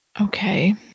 Okay